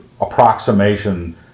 approximation